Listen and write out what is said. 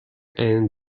and